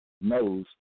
knows